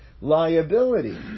Liability